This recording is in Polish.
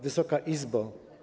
Wysoka Izbo!